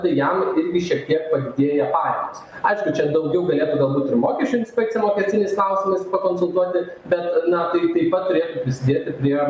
tai jam irgi šiek tiek padidėja pajamos aišku čia daugiau galėtų galbūt ir mokesčių inspekcija mokestiniais klausimais pakonsultuoti bet na tai taip pat turėtų prisidėti prie